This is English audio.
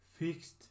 Fixed